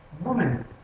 Woman